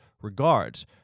regards